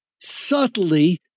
subtly